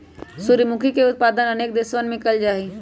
सूर्यमुखी के उत्पादन अनेक देशवन में कइल जाहई